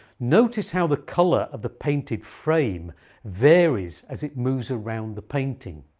notice how the colour of the painted frame varies as it moves around the painting.